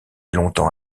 longtemps